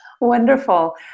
wonderful